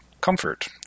comfort